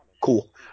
cool